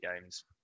games